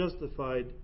justified